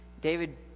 David